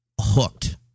hooked